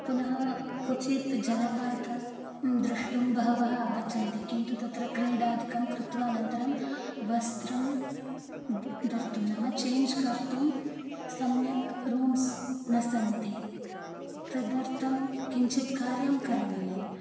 पुनः क्वचित् जलपातं दृष्टुं बहवः आगच्छन्ति किन्तु तत्र क्रीडादिकं कृत्वा अनन्तरं वस्त्रं द् धर्तुं नाम चेञ्ज् कर्तुं सम्यक् रूम्स् न सन्ति तदर्थं किञ्चित् कार्यं करणीयम्